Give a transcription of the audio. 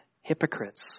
hypocrites